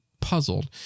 puzzled